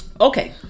Okay